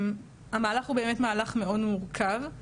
המהלך הוא באמת מהלך מאוד מורכב.